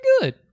good